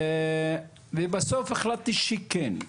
ובסוף החלטתי שכן.